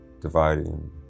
dividing